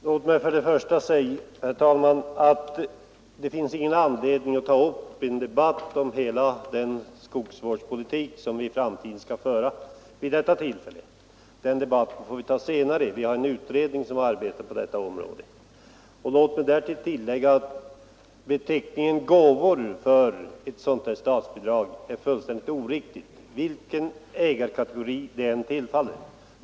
Herr talman! Låt mig först säga att det inte vid detta tillfälle finns anledning att ta upp en debatt om hela den skogsvårdspolitik som vi i framtiden skall föra. Den debatten får vi ta senare; det finns en utredning som arbetar på detta område. Låt mig också tillägga att beteckningen gåvor för ett statsbidrag är helt oriktig, vilken ägarkategori stödet än tillfaller.